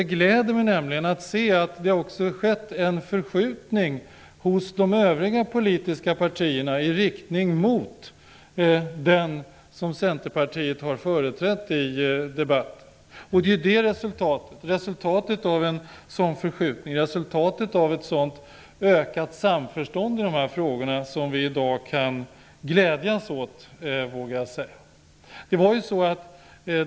Det glädjer mig att det har skett en förskjutning hos de övriga politiska partierna i riktning mot den åsikt som Centerpartiet har företrätt i debatten. Jag vågar säga att vi i dag kan glädjas åt resultatet av denna förskjutning och åt ett ökat samförstånd.